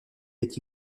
est